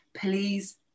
please